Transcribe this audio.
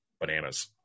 bananas